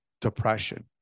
depression